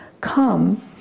come